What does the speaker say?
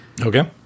Okay